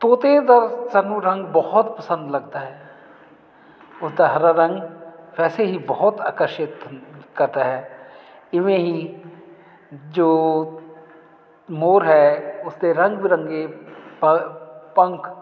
ਤੋਤੇ ਦਾ ਸਾਨੂੰ ਰੰਗ ਬਹੁਤ ਪਸੰਦ ਲੱਗਦਾ ਹੈ ਉਸ ਦਾ ਹਰਾ ਰੰਗ ਵੈਸੇ ਹੀ ਬਹੁਤ ਆਕਰਸ਼ਿਤ ਕਰਦਾ ਹੈ ਇਵੇਂ ਹੀ ਜੋ ਮੋਰ ਹੈ ਉਸ ਦੇ ਰੰਗ ਬਿਰੰਗੇ ਪੰ ਪੰਖ